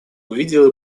увидел